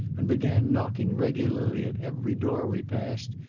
and began knocking regularly at every door we passed,